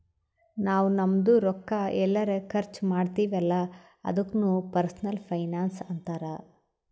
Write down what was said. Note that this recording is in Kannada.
ನಾವ್ ನಮ್ದು ರೊಕ್ಕಾ ಎಲ್ಲರೆ ಖರ್ಚ ಮಾಡ್ತಿವಿ ಅಲ್ಲ ಅದುಕ್ನು ಪರ್ಸನಲ್ ಫೈನಾನ್ಸ್ ಅಂತಾರ್